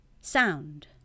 sound